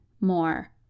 more